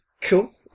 Cool